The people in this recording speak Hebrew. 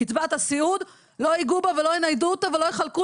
קצבת הסיעוד לא ייגעו בה ולא יניידו אותה ולא יחלקו